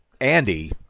Andy